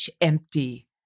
empty